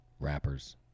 rappers